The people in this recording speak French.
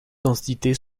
entités